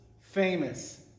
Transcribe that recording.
famous